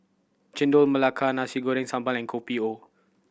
Chendol Melaka Nasi Goreng Sambal and Kopi O